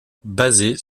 basés